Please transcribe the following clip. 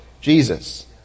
Jesus